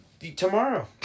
Tomorrow